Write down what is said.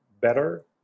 Better